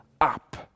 up